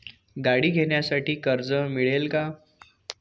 गाडी घेण्यासाठी कर्ज मिळेल का?